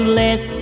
let